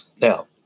Now